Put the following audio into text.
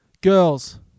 Girls